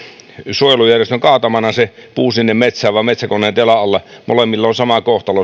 suojelujärjestön kaatamana sinne metsään vai metsäkoneen telan alla molemmilla on sama kohtalo